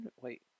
Wait